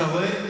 אתה רואה?